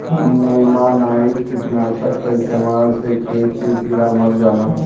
नेमानाइट कीटनाशक क इस्तेमाल से खेत के कीड़ा मर जालन